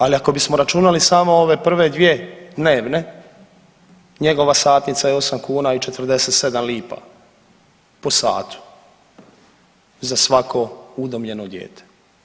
Ali ako bismo računali samo ove prve dvije dnevne, njegova satnica je 8 kuna i 47 lipa po satu za svako udomljeno dijete.